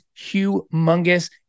humongous